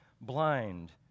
blind